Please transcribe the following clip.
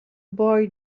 boy